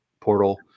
portal